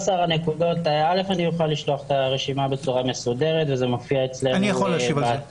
אני אוכל לשלוח את הרשימה בצורה מסודרת וזה מופיע אצלנו באתר,